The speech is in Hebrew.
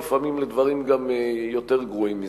ולפעמים גם לדברים יותר גרועים מזה.